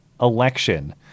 election